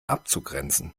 abzugrenzen